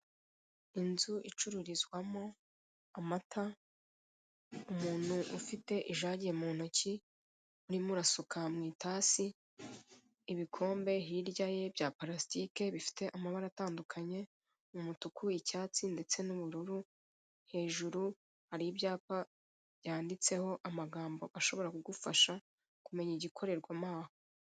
Inzu icururizwamo amata, umuntu ufite ijage mu ntoki urimo arasuka mu itasi, ibikomba hirya ye bya parasitike bifite amabara atandukanye, umutuku, icyatsi, ndetse n'uburu, hajuru hari ibyapa byanditseho amagambo ashobora kugufasha kumenya ibikorerwamo aho.